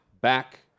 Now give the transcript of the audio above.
back